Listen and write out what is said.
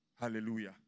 Hallelujah